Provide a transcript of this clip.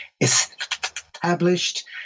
established